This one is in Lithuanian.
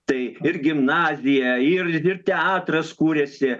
tai ir gimnazija ir ir teatras kūrėsi